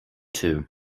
too